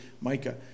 micah